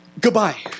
goodbye